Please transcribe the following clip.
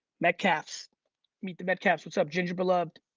metcalf's meet the metcalf's. what's up ginger beloved.